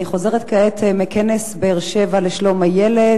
אני חוזרת כעת מכנס באר-שבע לשלום הילד,